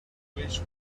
wish